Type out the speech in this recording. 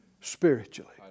spiritually